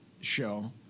show